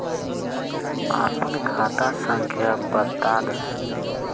आपन खाता संख्या बताद